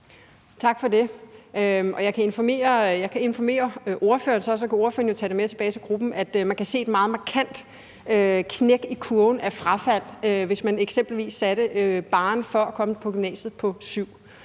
Tak for det. Jeg kan informere ordføreren, og så kan ordføreren jo tage det med tilbage til gruppen, om, at man ville kunne se et meget markant knæk i kurven af frafald, hvis man eksempelvis satte barren for at komme i gymnasiet på 7;